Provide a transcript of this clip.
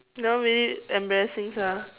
that one really embarrassing sia